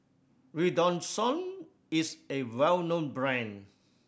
Redoxon is a well known brand